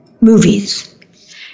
movies